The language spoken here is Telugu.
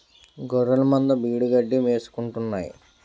గొఱ్ఱెలమంద బీడుగడ్డి మేసుకుంటాన్నాయి